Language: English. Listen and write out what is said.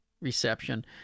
reception